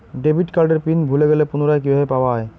Debit কার্ডের pin ভুলে গেলে পুনরায় কিভাবে পাওয়া য়ায়?